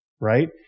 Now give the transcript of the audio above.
right